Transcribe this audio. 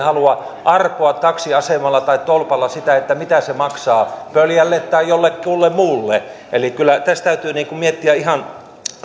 halua arpoa taksiasemalla tai tolpalla mitä se maksaa pöljälle tai jollekulle muulle kyllä tässä täytyy miettiä ihan